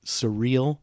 surreal